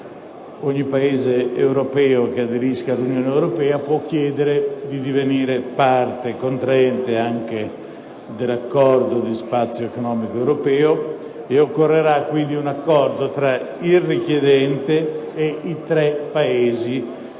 Ogni Paese europeo che aderisca all'Unione europea può chiedere di divenire parte contraente anche dell'Accordo sullo Spazio economico europeo. Occorrerà, quindi, un accordo tra il richiedente e i tre Paesi che